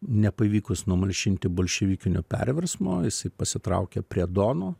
nepavykus numalšinti bolševikinio perversmo jisai pasitraukė prie dono